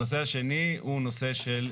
הנושא השני הוא נושא של